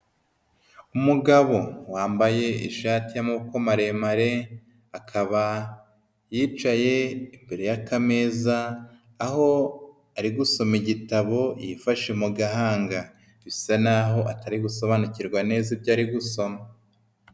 Umugabo wambaye ishati y'amako maremare, akaba yicaye imbere y'akameza, aho ari gusoma igitabo yifashe mu gahanga, bisa naho atari gusobanukirwa neza ibyo ari gusoma.